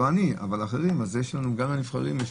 לא אני אבל אחרים כך שגם לנבחרים יש